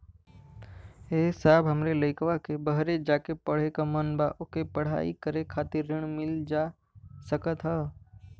ए साहब हमरे लईकवा के बहरे जाके पढ़े क मन बा ओके पढ़ाई करे खातिर ऋण मिल जा सकत ह?